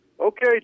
Okay